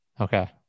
okay